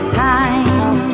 time